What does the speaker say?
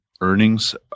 earnings